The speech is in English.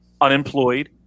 unemployed